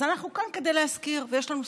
אז אנחנו כאן כדי להזכיר, ויש לנו סבלנות.